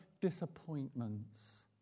disappointments